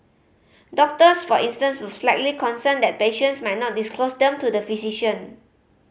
doctors for instance were slightly concerned that patients might not disclose them to the physician